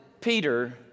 Peter